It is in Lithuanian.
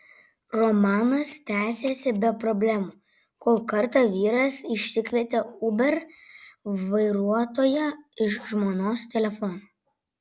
romanas tęsėsi be problemų kol kartą vyras išsikvietė uber vairuotoją iš žmonos telefono